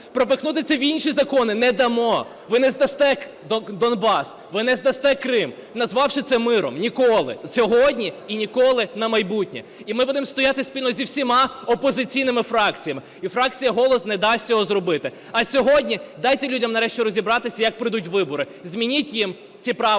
Пропихнути це в інші закони не дамо. Ви не здасте Донбас, ви не здасте Крим, назвавши це миром. Ніколи сьогодні і ніколи на майбутнє. І ми будемо стояти спільно зі всіма опозиційними фракціями. І фракція "Голос" не дасть цього зробити. А сьогодні дайте людям, нарешті, розібратися, як пройдуть вибору. Змініть їм ці правила,